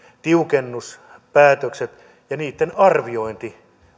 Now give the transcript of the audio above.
tiukennuspäätökset ja niitten arviointi